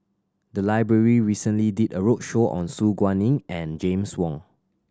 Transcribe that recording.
the library recently did a roadshow on Su Guaning and James Wong